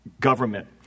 government